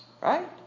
right